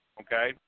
Okay